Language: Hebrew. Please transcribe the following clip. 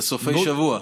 בסופי שבוע.